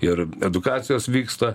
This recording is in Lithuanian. ir edukacijos vyksta